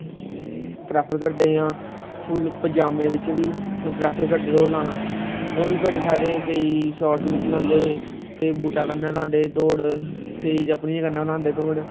prefer करदे जां full पजामें बिच्च बी प्रेफर करदे दौड़ लाना होर बी बड़े सारे केईं शार्टस बिच्च लादे केईं बूटा कन्ने लांदे दौड़ कोई चपली कन्नै लांदे दौड़